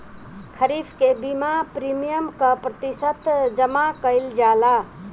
खरीफ के बीमा प्रमिएम क प्रतिशत जमा कयील जाला?